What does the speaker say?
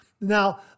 Now